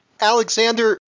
Alexander